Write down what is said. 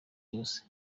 yose